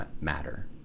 matter